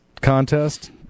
contest